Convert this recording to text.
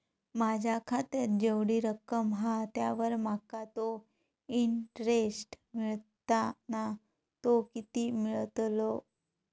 माझ्या खात्यात जेवढी रक्कम हा त्यावर माका तो इंटरेस्ट मिळता ना तो किती मिळतलो?